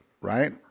right